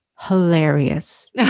Hilarious